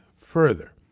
further